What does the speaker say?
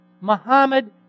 Muhammad